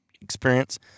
experience